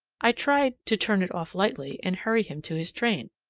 i tried to turn it off lightly and hurry him to his train.